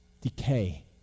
decay